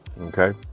Okay